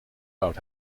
bouwt